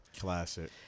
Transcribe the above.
Classic